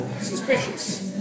suspicious